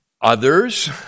others